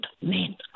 men